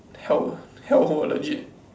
hell~ hellhole legit